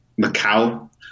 Macau